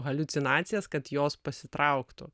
haliucinacijas kad jos pasitrauktų